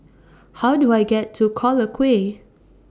How Do I get to Collyer Quay